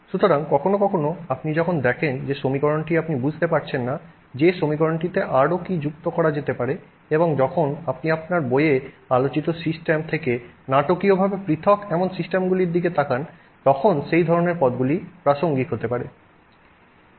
সুতরাং কখনও কখনও আপনি যখন দেখেন যে সমীকরণটি আপনি বুঝতে পারছেন না যে সমীকরণটিতে আরও কি যুক্ত করা যেতে পারে এবং যখন আপনি আপনার বইয়ে আলোচিত সিস্টেম থেকে নাটকীয়ভাবে পৃথক এমন সিস্টেমগুলির দিকে তাকান তখন সেই ধরণের পদগুলি প্রাসঙ্গিক হতে পারে